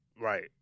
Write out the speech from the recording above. Right